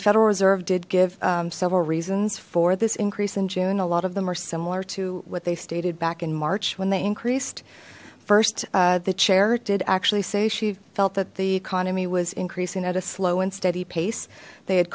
federal reserve did give several reasons for this increase in june a lot of them are similar to what they stated back in march when they increased first the chair did actually say she felt that the economy was increasing at a slow and steady pace they had